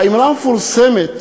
האמרה המפורסמת